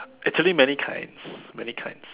actually many kinds many kinds